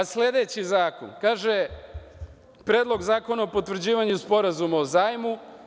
Sledeći zakon je Predlog zakona o potvrđivanju Sporazuma o zajmu.